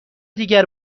دیگر